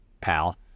pal